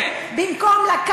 צודקת, אני תומך,